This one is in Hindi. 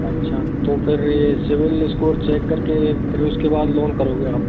अच्छा तो फिर ये सिबिल स्कोर चेक करके ये फिर उसके बाद लोन करोगे आप